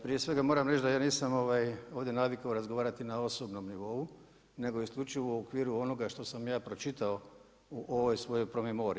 Prije svega moram reći da ja nisam ovdje navikao razgovarati na osobnom nivou, nego isključivo u okviru onoga što sam ja pročitao u ovoj svojoj promemoriji.